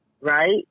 right